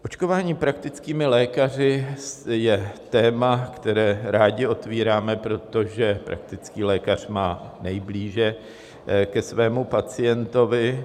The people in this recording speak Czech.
Očkování praktickými lékaři je téma, které rádi otvíráme, protože praktický lékař má nejblíže ke svému pacientovi.